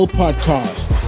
podcast